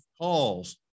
calls